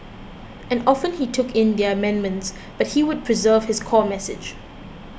and often he took in their amendments but he would preserve his core message